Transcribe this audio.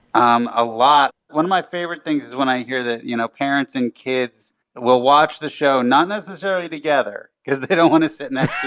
um a lot. one of my favorite things is when i hear that, you know, parents and kids will watch the show not necessarily together cause they don't want to sit next